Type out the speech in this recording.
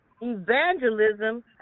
evangelism